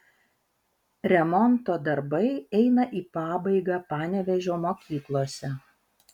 remonto darbai eina į pabaigą panevėžio mokyklose